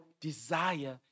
desire